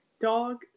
dog